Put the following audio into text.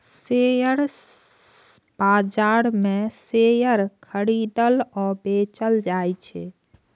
share बाजार मे share खरीदल आ बेचल जाइ छै